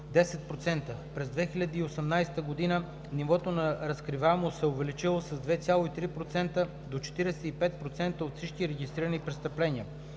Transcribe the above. През 2018 г. нивото на разкриваемост се е увеличило с 2,3% до 46% от всички регистрирани престъпления.